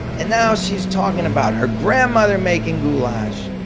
and now she's talking about her grandmother making goulash,